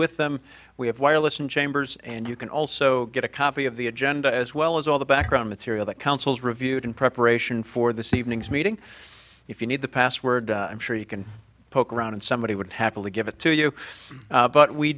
with them we have wireless in chambers and you can also get a copy of the agenda as well as all the background material that councils reviewed in preparation for this evening's meeting if you need the password i'm sure you can poke around and somebody would happily give it to you but we